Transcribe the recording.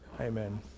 Amen